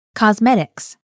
Cosmetics